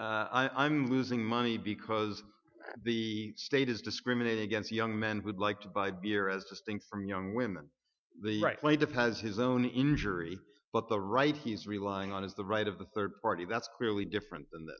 says i'm losing money because the state is discriminating against young men would like to buy beer as distinct from young women the right way to pass his own injury but the right he's relying on is the right of the third party that's really different in th